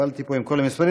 התבלבלתי פה עם כל המספרים,